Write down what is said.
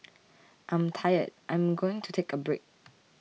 I'm tired I'm going to take a break